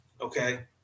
okay